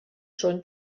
són